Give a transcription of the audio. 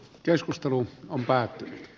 keskustelu on päättynyt